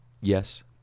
Yes